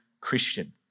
Christian